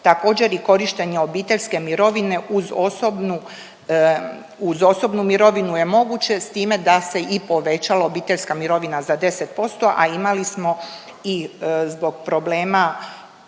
Također i korištenje obiteljske mirovine uz osobnu mirovinu je moguće s time da se i povećala obiteljska mirovina za 10%, a imali smo i zbog problema